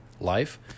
life